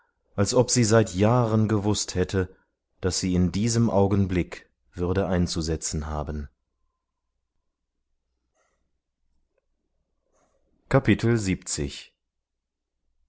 als ob sie seit jahren gewußt hätte daß sie in diesem augenblick würde einzusetzen haben